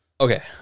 Okay